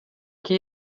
que